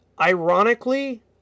ironically